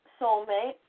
soulmate